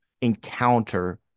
encounter